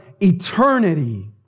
eternity